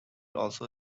also